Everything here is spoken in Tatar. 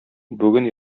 бүген